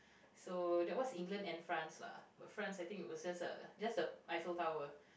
so that was England and France lah but France I think it was just a just the Eiffel Tower